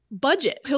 budget